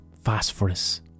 phosphorus